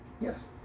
Yes